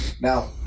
now